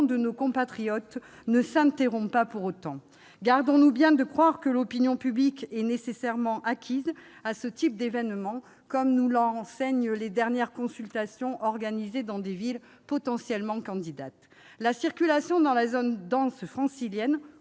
de nos compatriotes ne s'interrompt pas pour autant. Gardons-nous bien de croire que l'opinion publique est nécessairement acquise à ce type d'événements, comme nous l'enseignent les dernières consultations organisées dans des villes potentiellement candidates. La circulation dans la zone dense francilienne